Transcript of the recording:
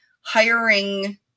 hiring